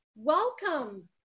Welcome